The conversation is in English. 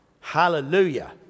Hallelujah